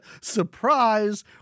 surprise